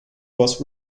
was